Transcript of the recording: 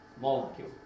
molecule